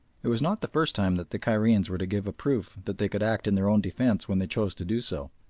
it was not the first time that the cairenes were to give a proof that they could act in their own defence when they chose to do so,